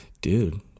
dude